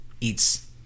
eats